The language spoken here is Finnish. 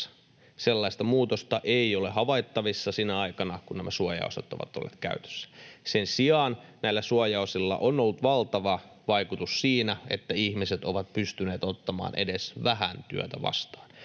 Sellaista muutosta ei ole havaittavissa sinä aikana, kun nämä suojaosat ovat olleet käytössä. Sen sijaan näillä suojaosilla on ollut valtava vaikutus siinä, että ihmiset ovat pystyneet ottamaan edes vähän työtä vastaan.